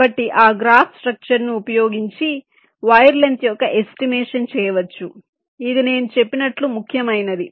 కాబట్టి ఆ graph structure ను ఉపయోగించి వైర్ లెంగ్త్ యొక్క ఎస్టిమేషన్ చేయవచ్చు ఇది నేను చెప్పినట్లు ముఖ్యమైనది